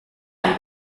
man